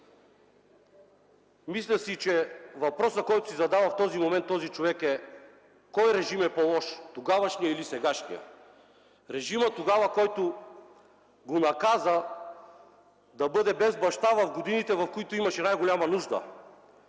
Мисля, че въпросът, който си задава в момента този човек, е: „Кой режим е по-лош – тогавашният или сегашният? Режимът тогава, който го наказа да бъде без баща, в годините в които имаше най-голяма нужда,